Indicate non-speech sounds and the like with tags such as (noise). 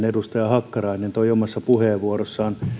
(unintelligible) edustaja hakkarainen toi omassa puheenvuorossaan